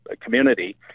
community